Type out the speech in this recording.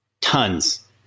Tons